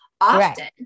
often